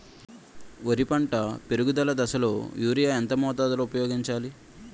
వరి పంట పెరుగుదల దశలో యూరియా ఎంత మోతాదు ఊపయోగించాలి?